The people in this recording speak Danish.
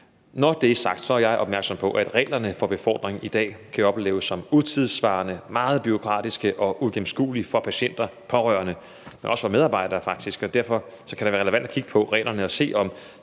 Når det er sagt, er jeg opmærksom på, at reglerne for befordring i dag kan opleves som utidssvarende, meget bureaukratiske og uigennemskuelige for patienter og pårørende, men faktisk også for medarbejdere, og derfor kan det være relevant at kigge på reglerne for at se,